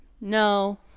No